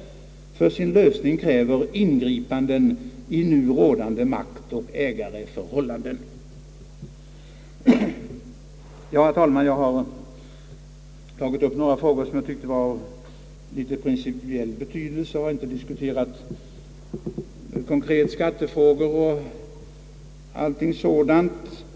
— för sin lösning kräver ingripanden i nu rådande maktoch ägareförhållanden.» Herr talman! Jag har här tagit upp några frågor, som jag anser har principiell betydelse, men jag har inte konkret diskuterat några skattefrågor eller någonting sådant.